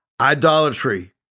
idolatry